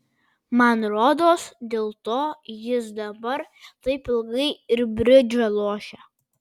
man rodos dėl to jis dabar taip ilgai ir bridžą lošia